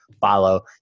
follow